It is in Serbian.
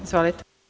Izvolite.